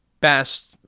best